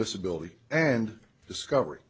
miss ability and discovery